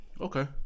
Okay